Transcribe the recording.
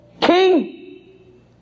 king